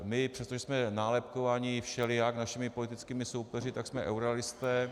My, přestože jsme nálepkováni všelijak našimi politickými soupeři, tak jsme eurorealisté.